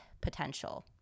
potential